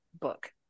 book